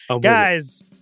Guys